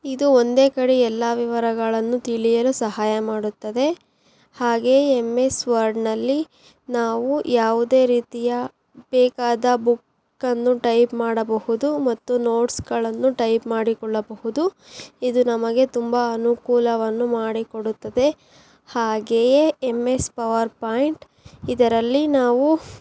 ಇದು ಒಂದೇ ಕಡೆ ಎಲ್ಲ ವಿವರಗಳನ್ನು ತಿಳಿಯಲು ಸಹಾಯ ಮಾಡುತ್ತದೆ ಹಾಗೇ ಎಮ್ ಎಸ್ ವರ್ಡ್ನಲ್ಲಿ ನಾವು ಯಾವುದೇ ರೀತಿಯ ಬೇಕಾದ ಬುಕ್ಕನ್ನು ಟೈಪ್ ಮಾಡಬಹುದು ಮತ್ತು ನೋಟ್ಸ್ಗಳನ್ನೂ ಟೈಪ್ ಮಾಡಿಕೊಳ್ಳಬಹುದು ಇದು ನಮಗೆ ತುಂಬ ಅನುಕೂಲವನ್ನು ಮಾಡಿಕೊಡುತ್ತದೆ ಹಾಗೆಯೇ ಎಮ್ ಎಸ್ ಪವರ್ಪಾಯಿಂಟ್ ಇದರಲ್ಲಿ ನಾವು